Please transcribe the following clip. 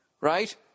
Right